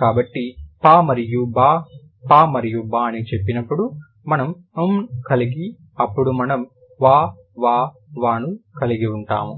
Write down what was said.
కాబట్టి పా మరియు బా పా మరియు బా అని అన్నప్పుడు మనము మ్ కలిగి అప్పుడు మనము వ వ వ ను కలిగిఉంటాము